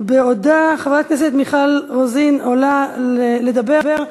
בעוד חברת הכנסת מיכל רוזין עולה לדבר,